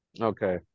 Okay